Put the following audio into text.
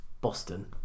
Boston